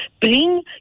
Bring